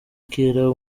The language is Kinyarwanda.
kera